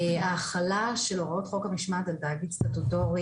ההחלה של הוראות חוק המשמעת על תאגיד סטטוטורי